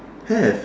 have